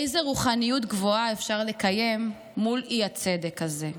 איזו רוחניות גבוהה אפשר לקיים מול האי-צדק הזה?